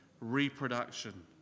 reproduction